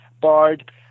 barred